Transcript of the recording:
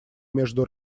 между